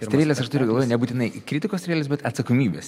strėlės aš turiu galvoj nebūtinai kritikos strėlės bet atsakomybės